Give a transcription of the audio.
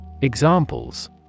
Examples